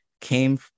came